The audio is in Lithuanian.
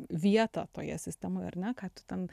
vietą toje sistemoj ar ne ką tu ten